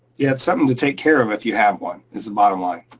yeah it's something to take care of if you have one, is the bottomline.